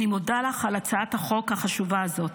אני מודה לך על הצעת החוק החשובה הזאת.